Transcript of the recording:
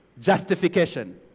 justification